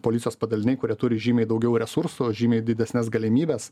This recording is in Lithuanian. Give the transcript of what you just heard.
policijos padaliniai kurie turi žymiai daugiau resursų žymiai didesnes galimybes